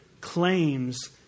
claims